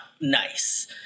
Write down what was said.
nice